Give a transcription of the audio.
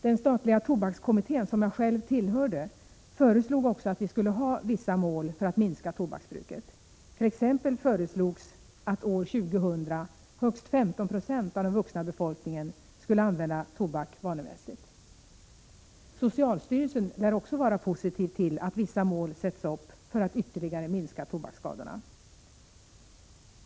Den statliga tobakskommittén som jag själv tillhörde, föreslog också att vissa mål skulle uppsättas för att minska tobaksbruket. T. ex. föreslogs att år 2000 högst 15 96 av den vuxna befolkningen skulle använda tobak vanemässigt. Socialstyrelsen lär också vara positiv till att vissa mål sätts upp för att ytterligare minska tobaksskadorna.